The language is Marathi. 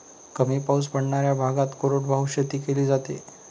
कमी पाऊस पडणाऱ्या भागात कोरडवाहू शेती केली जाते